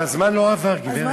אבל הזמן לא עבר, גברת.